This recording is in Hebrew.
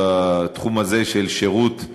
בתחום הזה של שירות,